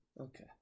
Okay